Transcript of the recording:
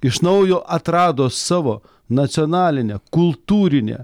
iš naujo atrado savo nacionalinę kultūrinę